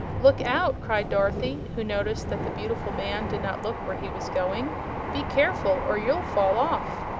look out! cried dorothy, who noticed that the beautiful man did not look where he was going be careful, or you'll fall off!